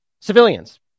Civilians